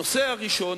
הנושא הראשון,